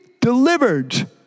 delivered